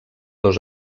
dos